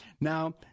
Now